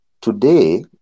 today